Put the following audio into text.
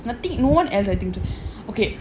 nothing no one else I think so okay